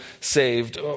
saved